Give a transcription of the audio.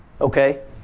Okay